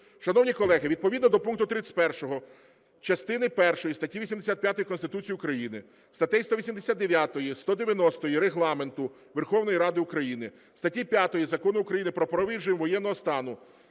Шановні колеги, відповідно до пункту 31 частини першої статті 85 Конституції України, статей 189, 190 Регламенту Верховної Ради України, статті 5 Закону України "Про правовий режим воєнного стану".